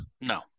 No